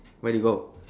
where do you go